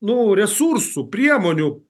nu resursų priemonių